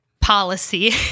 policy